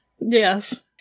Yes